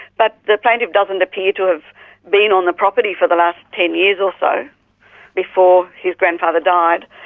but the plaintiff doesn't appear to have been on the property for the last ten years or so before his grandfather died.